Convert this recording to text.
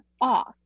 off